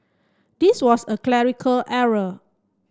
this was a clerical error